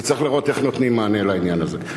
וצריך לראות איך נותנים מענה לעניין הזה.